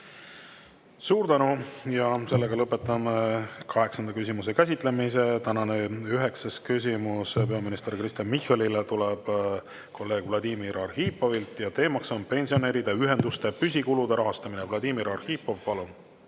Suur tänu! Sellega lõpetame kaheksanda küsimuse käsitlemise. Tänane üheksas küsimus peaminister Kristen Michalile tuleb kolleeg Vladimir Arhipovilt ja teemaks on pensionäride ühenduste püsikulude rahastamine. Vladimir Arhipov, palun!